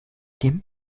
dem